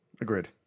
Agreed